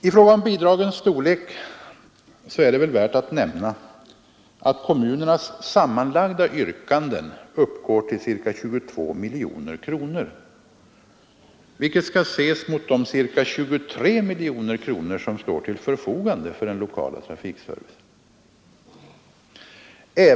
I fråga om bidragens storlek är det värt att notera att kommunernas sammanlagda yrkanden uppgår till ca 22 miljoner kronor, vilket skall ses mot de ca 23 miljoner kronor som står till förfogande för den lokala trafikservicen.